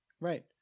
Right